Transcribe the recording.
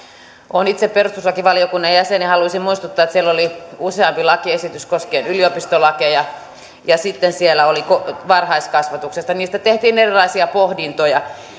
olen itse perustuslakivaliokunnan jäsen ja haluaisin muistuttaa että siellä oli useampi lakiesitys koskien yliopistolakeja ja sitten siellä oli varhaiskasvatuksesta niistä tehtiin erilaisia pohdintoja